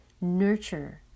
Nurture